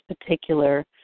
particular